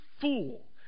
fool